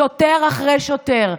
שוטר אחרי שוטר.